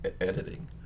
editing